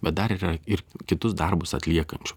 bet dar yra ir kitus darbus atliekančių